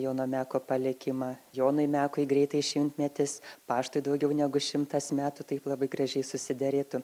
jono meko palikimą jonui mekui greitai šimtmetis paštui daugiau negu šimtas metų taip labai gražiai susiderėtų